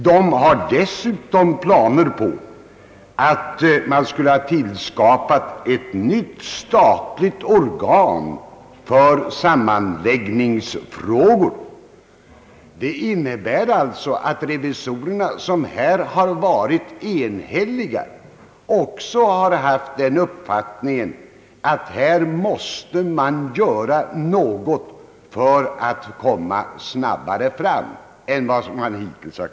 De hade dessutom planer på att man skulle tillskapa ett nytt statligt organ för sammanläggningsfrågor. Det innebär alltså att även revisorerna, som här har varit enhälliga, har den uppfattningen att man måste göra något för att komma snabbare fram än man gjort hittills.